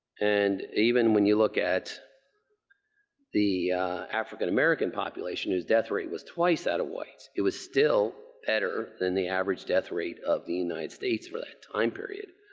and even when you look at the african american population whose death rate was twice of whites. it was still better than the average death rate of the united states for that time period,